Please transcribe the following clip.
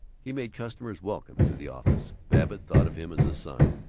he made customers welcome to the office. babbitt thought of him as a son,